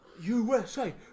USA